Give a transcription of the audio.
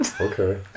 Okay